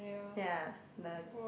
ya the